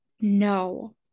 No